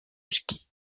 skis